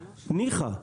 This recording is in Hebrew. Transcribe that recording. ניחא,